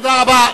תודה רבה.